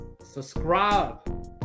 subscribe